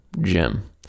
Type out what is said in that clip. Jim